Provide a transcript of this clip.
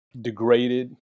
degraded